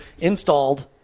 installed